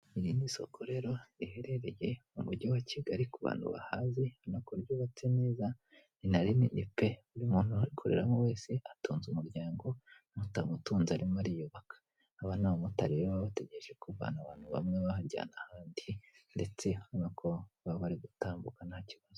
Iri ni isoko rero riherereye mu mujyi wa Kigali ku bantu bahazi, ubonako ryubatse neza ni narinini pe, buri muntu urikoreramo wese atunze umuryango, n'utawutunze arimo ariyubaka. Aba ni abamotari baba bategereje kuvana abantu bamwe babajyana ahandi, ndetse urabona ko baba bari gutambuka nta kibazo.